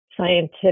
scientific